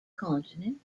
continent